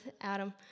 Adam